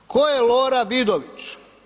Tko je Lora Vidović?